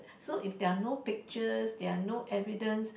so if they're not pictures they're no evidences